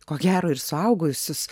ko gero ir suaugusius